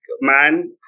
man